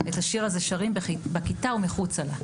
את השיר הזה שרים בכיתה ומחוצה לה.